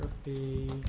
the